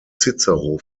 cicero